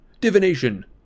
Divination